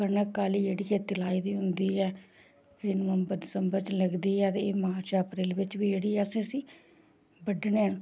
कनक आह्ली जेह्ड़ी खेती लाई दी होंदी ऐ फ्ही नंबवर दसंबर लगदी ऐ ते एह् मार्च अप्रैल बिच्च बी जेह्ड़ी अस इसी बड्डने आं